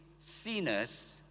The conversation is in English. sinners